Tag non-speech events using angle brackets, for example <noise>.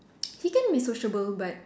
<noise> he can be sociable but